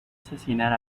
asesinar